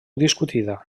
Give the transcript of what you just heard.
discutida